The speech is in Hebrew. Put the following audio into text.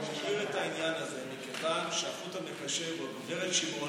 אני מעיר את העניין הזה מכיוון שהחוט המקשר הוא הגב' שמעוני,